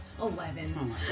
Eleven